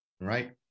right